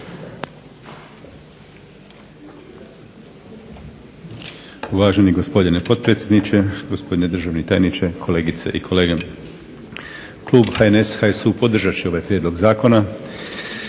Uvaženi gospodine potpredsjedniče, gospodine državni tajniče, kolegice i kolege. Klub HNS-HSU podržat će ovaj prijedlog zakona.